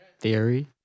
theory